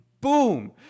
boom